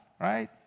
right